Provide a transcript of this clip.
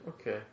okay